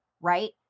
right